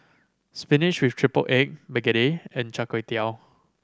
spinach with triple egg begedil and Char Kway Teow